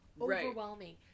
overwhelming